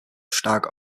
stark